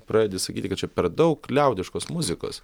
pradedi sakyti kad čia per daug liaudiškos muzikos